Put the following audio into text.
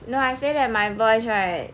no I say that my voice right